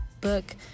book